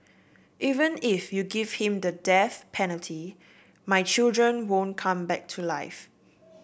even if you give him the death penalty my children won't come back to life